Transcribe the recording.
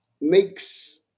makes